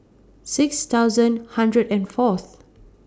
six thousand hundred and Fourth